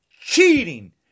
cheating